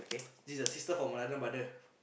this the sister from another brother